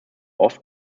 oft